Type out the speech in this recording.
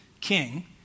king